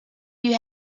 you